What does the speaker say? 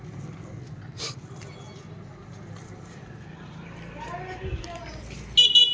ಭಾರತದಲ್ಲಿಶಾಲ ಊಟದ ಕಾರ್ಯಕ್ರಮವಾಗಿದ್ದು ಮಕ್ಕಳು ದಸ್ಟಮುಷ್ಠ ಆಗಲಿ ಅಂತ ಸಾಲ್ಯಾಗ ಊಟ ಕೊಡುದ